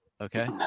okay